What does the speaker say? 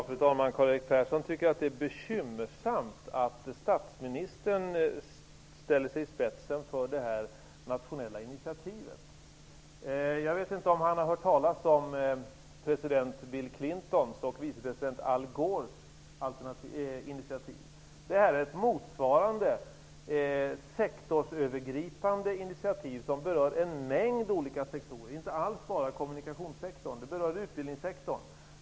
Fru talman! Karl-Erik Persson tycker att det är bekymmersamt att statsministern ställer sig i spetsen för det här nationella initiativet. Jag vet inte om han har hört talas om president Bill Clintons och vice president Al Gores initiativ. Detta är ett motsvarande sektorsövergripande initiativ som berör en mängd olika sektorer. Det rör inte alls enbart kommunikationssektorn. Det berör utbildningssektorn.